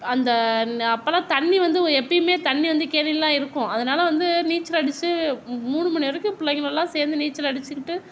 அந்த அப்போலாம் தண்ணி வந்து எப்போமே தண்ணி வந்து கேணியில தான் இருக்கும் அதனால் வந்து நீச்சல் அடிச்சு மூணு மணி வரைக்கும் பிள்ளைங்க எல்லாம் சேர்ந்து நீச்சல் அடிச்சிகிட்டு